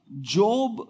Job